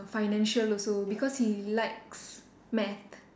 financial also because he likes math